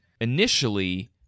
initially